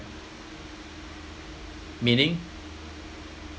meaning